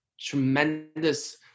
tremendous